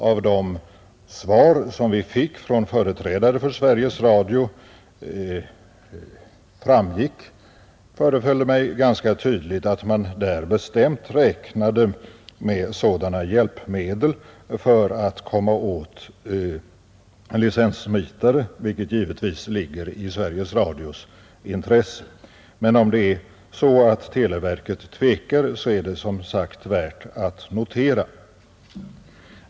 Av det svar som vi fick från företrädare för Sveriges Radio framgick, föreföll det mig, ganska tydligt att man där bestämt räknar med sådana hjälpmedel för att komma åt licenssmitare, vilket givetvis ligger i Sveriges Radios intresse. Men om televerket tvekar så är det, som sagt, värt att notera.